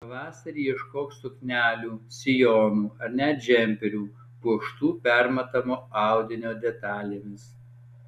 pavasarį ieškok suknelių sijonų ar net džemperių puoštų permatomo audinio detalėmis